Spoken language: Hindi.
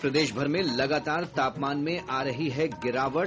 और प्रदेशभर में लगातर तापमान में आ रही गिरावट